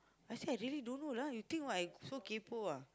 I say I really don't know lah you think what I so kaypoh ah